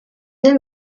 nel